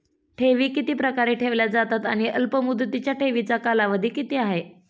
ठेवी किती प्रकारे ठेवल्या जातात आणि अल्पमुदतीच्या ठेवीचा कालावधी किती आहे?